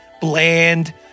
bland